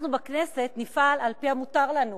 אנחנו בכנסת נפעל על-פי המותר לנו